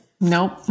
Nope